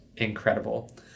incredible